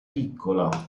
piccola